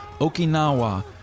Okinawa